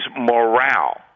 morale